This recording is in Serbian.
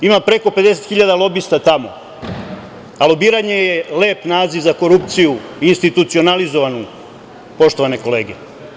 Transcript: Ima preko 50 hiljada lobista tamo, a lobiranje je lepo naziv za korupciju i institucionalizovanu, poštovane kolege.